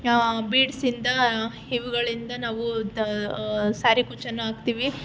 ಬೀಡ್ಸ್ಯಿಂದ ಇವುಗಳಿಂದ ನಾವು ದಾ ಸಾರಿ ಕುಚ್ಚನ್ನು ಹಾಕ್ತೀವಿ